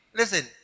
listen